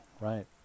right